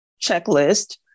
checklist